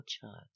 child